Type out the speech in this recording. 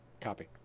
Copy